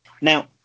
Now